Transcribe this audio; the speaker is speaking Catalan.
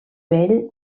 vell